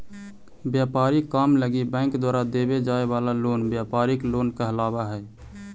व्यापारिक काम लगी बैंक द्वारा देवे जाए वाला लोन व्यापारिक लोन कहलावऽ हइ